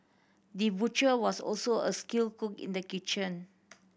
the butcher was also a skilled cook in the kitchen